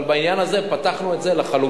אבל בעניין הזה פתחנו את זה לחלוטין.